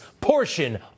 portion